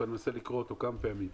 אני מנסה לקרוא אותו כמה פעמים,